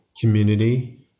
community